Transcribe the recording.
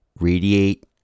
radiate